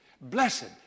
Blessed